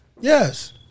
Yes